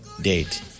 date